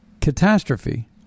catastrophe